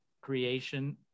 creation